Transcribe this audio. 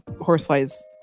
horseflies